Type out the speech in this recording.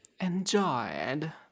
Enjoyed